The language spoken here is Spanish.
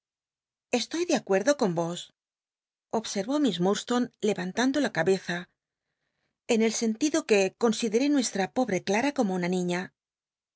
estoy de acuerdo con os observó tuiss liurdstone levantando la cabeza en el sen tido que consideré nuestra pobt'c clara como una niña